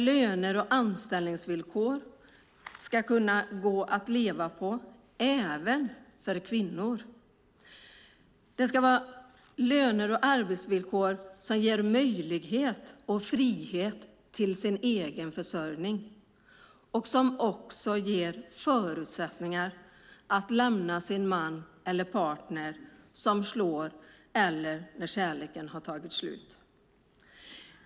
Lönerna ska kunna gå att leva på även för kvinnor, och anställningsvillkoren ska vara bra. Det ska vara löner och arbetsvillkor som ger människor möjlighet och frihet till sin egen försörjning. Det ska också vara löner som ger människor förutsättningar att lämna sin man eller partner om de blir slagna eller om kärleken har tagit slut.